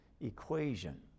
equation